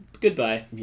Goodbye